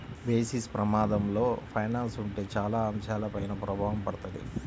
basis ప్రమాదంలో finance ఉంటే చాలా అంశాలపైన ప్రభావం పడతది